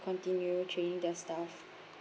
continue training their staff